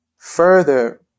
further